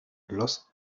los